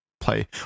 play